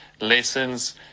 lessons